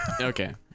Okay